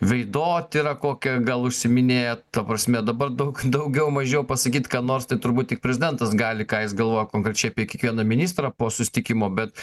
veidotyra kokia gal užsiiminėjat ta prasme dabar daug daugiau mažiau pasakyt ką nors tai turbūt tik prezidentas gali ką jis galvoja konkrečiai apie kiekvieną ministrą po susitikimo bet